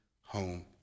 home